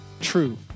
True